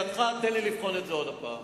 לשאלתך, תן לי לבחון את זה עוד הפעם.